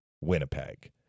Winnipeg